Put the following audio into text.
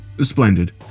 Splendid